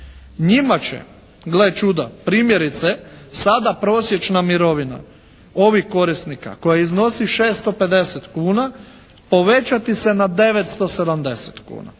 Njima će gle čuda, primjerice sada prosječna mirovina ovih korisnika koja iznosi 650 kuna povećati se na 970 kuna.